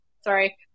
sorry